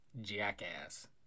Jackass